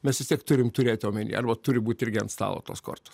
mes vis tiek turim turėti omeny arba turi būt irgi ant stalo tos kortos